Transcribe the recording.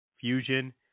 Fusion